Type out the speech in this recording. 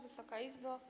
Wysoka Izbo!